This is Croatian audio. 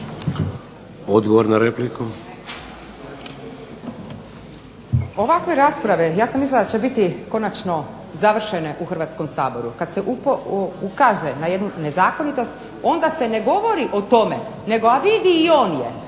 Ingrid (SDP)** Ovakve rasprave, ja sam mislila da će biti konačno završene u Hrvatskom saboru kada se ukaže na jednu nezakonitost onda se ne govori o tome, nego a vidi i on je.